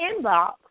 inbox